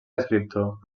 escriptor